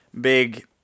big